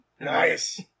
Nice